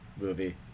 movie